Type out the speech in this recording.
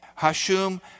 Hashum